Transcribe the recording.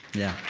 yeah.